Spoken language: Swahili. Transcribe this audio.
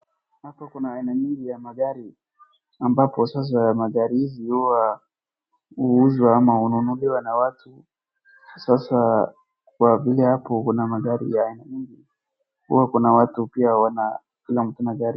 Hapo kuna aina nyingi ya magari ambapo sasa magari hizi huwa, huuzwa ama hununuliwa na watu, sasa kwa vile hapo kuna magari ya aina nyingi, huwa kuna watu pia wana, kila mtu na gari yake.